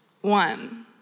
One